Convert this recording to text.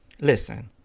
Listen